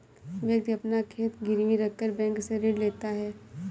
व्यक्ति अपना खेत गिरवी रखकर बैंक से ऋण लेता है